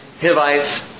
Hivites